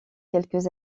quelques